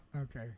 Okay